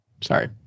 Sorry